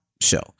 show